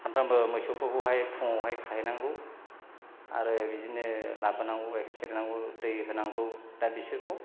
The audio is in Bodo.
सानफ्रामबो मोसौफोरखौहाय फुङावहाय खाहैनांगौ आरो बिदिनो लाबोनांगौ गाइखेर सेरनांगौ दै होनांगौ दा बिसोरखौ